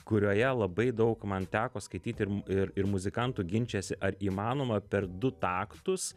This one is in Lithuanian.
kurioje labai daug man teko skaityti ir ir ir muzikantų ginčijasi ar įmanoma per du taktus